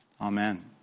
Amen